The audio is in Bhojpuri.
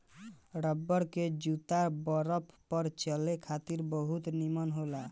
रबर के जूता बरफ पर चले खातिर बहुत निमन होला